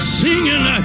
singing